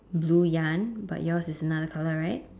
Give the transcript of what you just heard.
blue yarn but yours is another colour right